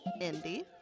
Indy